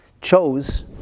chose